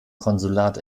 konsulat